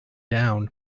down